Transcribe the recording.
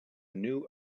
new